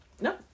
no